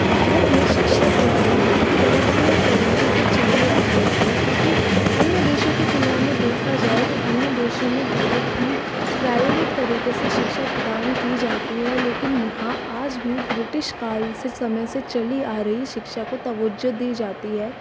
भारत में शिक्षा प्रणाली एक अलग तरीके से चली आ रही है क्योंकि अन्य देशों की तुलना में देखा जाए तो अन्य देशों में बहुत ही प्रायोगिक तरीके से शिक्षा प्रदान की जाती है लेकिन यहाँ आज भी ब्रिटिश काल से समय से चली आ रही शिक्षा को तवज्जो दी जाती है